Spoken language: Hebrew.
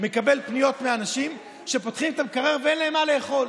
מקבל פניות מאנשים שפותחים את המקרר ואין להם מה לאכול.